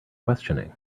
questioning